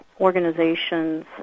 organizations